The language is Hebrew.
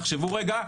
תחשבו רגע,